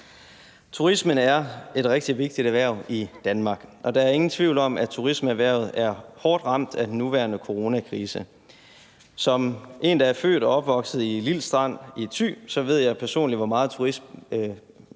Turismen er et rigtig vigtigt erhverv i Danmark, og der er ingen tvivl om, at turismeerhvervet er hårdt ramt af den nuværende coronakrise. Som en, der er født og opvokset i Lild Strand i Thy, så ved jeg personligt, hvor meget kystturismen